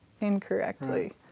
incorrectly